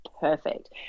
perfect